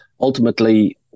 ultimately